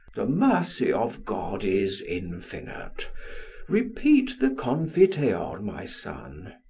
the mercy of god is infinite repeat the confiteor, my son.